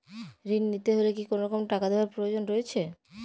ঋণ নিতে হলে কি কোনরকম টাকা দেওয়ার প্রয়োজন রয়েছে?